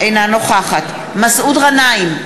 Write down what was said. אינה נוכחת מסעוד גנאים,